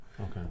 Okay